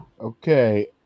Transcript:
Okay